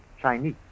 Chinese